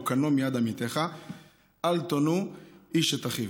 קָנֹה מיד עמיתך אל תונו איש את אחיו".